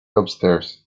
upstairs